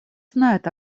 знает